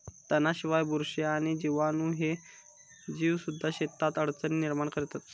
तणांशिवाय, बुरशी आणि जीवाणू ह्ये जीवसुद्धा शेतात अडचणी निर्माण करतत